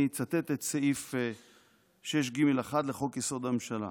אני אצטט את סעיף 6(ג1) לחוק-יסוד: הממשלה: